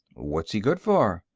what is he good for?